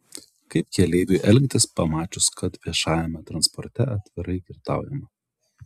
kaip keleiviui elgtis pamačius kad viešajame transporte atvirai girtaujama